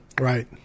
Right